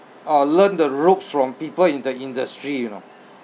uh learn the ropes from people in the industry you know